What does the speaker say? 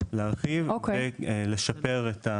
ולשפר.